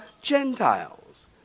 Gentiles